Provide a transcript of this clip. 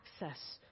access